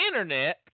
Internet